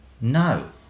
No